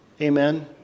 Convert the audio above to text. Amen